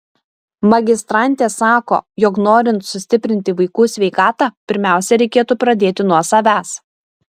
magistrantė sako jog norint sustiprinti vaikų sveikatą pirmiausia reikėtų pradėti nuo savęs